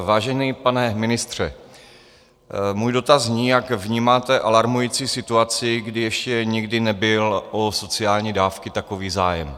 Vážený pane ministře, můj dotaz zní, jak vnímáte alarmující situaci, kdy ještě nikdy nebyl o sociální dávky takový zájem.